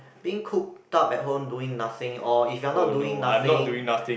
being cooped up at home doing nothing or if you are not doing nothing